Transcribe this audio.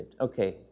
Okay